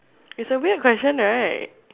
it's a weird question right